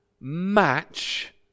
match